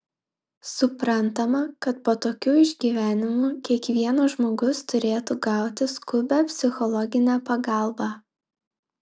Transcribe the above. suprantama kad po tokių išgyvenimų kiekvienas žmogus turėtų gauti skubią psichologinę pagalbą